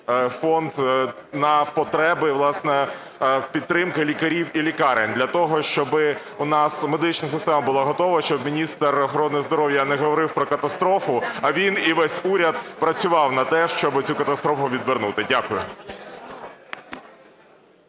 фонд, на потреби, власне, підтримки лікарів і лікарень для того, щоб у нас медична система була готова, щоб міністр охорони здоров'я не говорив про катастрофу, а він і весь уряд працювали на те, щоб цю катастрофу відвернути. Дякую.